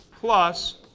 plus